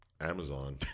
Amazon